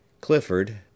Clifford